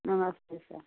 नमस्ते सर